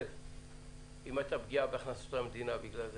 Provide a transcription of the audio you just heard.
האם הייתה פגיעה בהכנסות של המדינה,